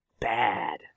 bad